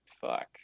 fuck